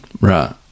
Right